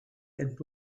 and